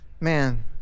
Man